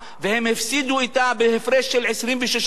והם הפסידו אתה בהפרש של 26%,